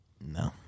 No